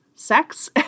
sex